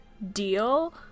deal